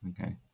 okay